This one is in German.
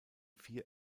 vier